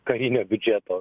karinio biudžeto